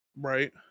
Right